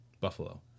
Buffalo